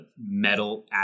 metal